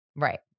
Right